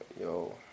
yo